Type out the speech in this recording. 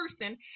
person